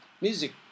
Music